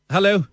Hello